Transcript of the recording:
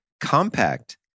compact